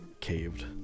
Caved